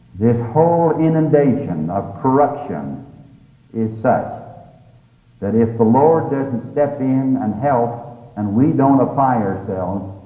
this whole inundation of corruption is such that if the lord doesn't step in and help and we don't apply ourselves,